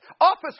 office